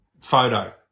photo